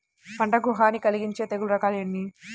పంటకు హాని కలిగించే తెగుళ్ళ రకాలు ఎన్ని?